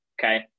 Okay